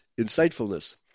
insightfulness